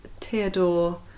Theodore